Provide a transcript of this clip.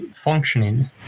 functioning